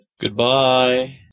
Goodbye